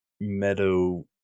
Meadow